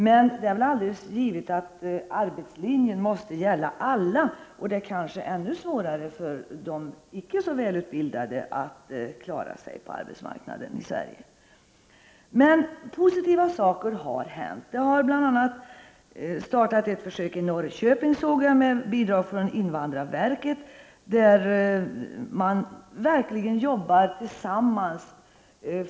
Men det är givet att arbetslinjen måste gälla alla. Det är kanske ännu svårare för de icke så välutbildade att klara sig på arbetsmarknaden i Sverige. Det har emellertid hänt positiva saker. Jag har bl.a. sett att det startats ett försök i Norrköping med bidrag från invandrarverket.